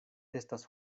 estas